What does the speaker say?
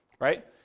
right